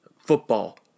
football